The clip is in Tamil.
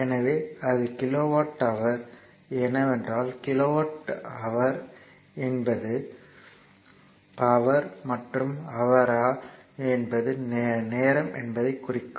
எனவே அது கிலோவாட் ஹவர் ஏனென்றால் கிலோவாட் என்பது பவர் மற்றும் ஹவர் என்பது நேரம் என்பதைக் குறிக்கும்